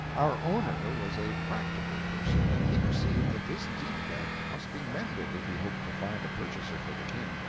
our owner was a practical person and he perceived that this defect must be mended if he hoped to find a purchaser for the king.